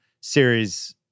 series